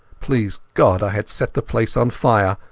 please god i had set the place on fire,